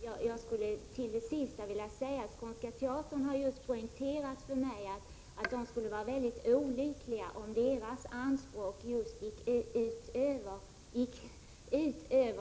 Herr talman! Jag skulle till det sista vilja säga: Skånska teaterns företrädare har poängterat för mig att de skulle vara mycket olyckliga om ett tillmötesgående av teaterns anspråk skulle gå ut över bidragen